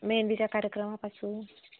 मेहेंदीच्या कार्यक्रमापासून